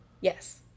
yes